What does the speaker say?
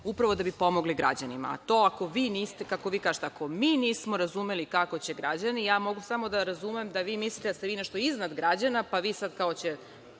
upravo da bi pomogli građanima. To ako vi niste, kako vi kažete, kako mi nismo razumeli kako će građani, mogu samo da razumem da vi mislite da ste nešto iznad građana, pa ćete vi sada kao to